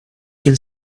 can